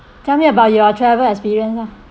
tell me about your travel experience lah